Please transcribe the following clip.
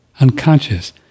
unconscious